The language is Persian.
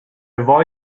وای